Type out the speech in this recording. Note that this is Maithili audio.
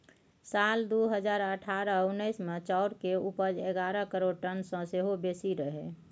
साल दु हजार अठारह उन्नैस मे चाउर केर उपज एगारह करोड़ टन सँ सेहो बेसी रहइ